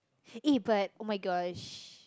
eh but oh-my-gosh